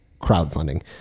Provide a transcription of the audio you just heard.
crowdfunding